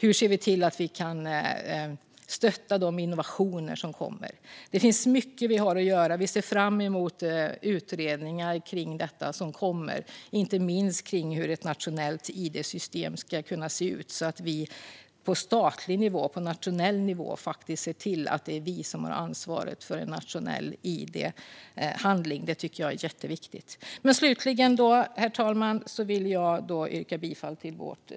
Hur ser vi till att vi kan stötta de innovationer som kommer? Det finns mycket vi har att göra. Vi ser fram emot de utredningar om detta som kommer, inte minst om hur ett nationellt id-system ska kunna se ut. Att vi på statlig och nationell nivå ser till att det är vi som har ansvaret för en nationell id-handling tycker jag är jätteviktigt. Herr talman! Jag hänvisar till vårt